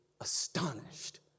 astonished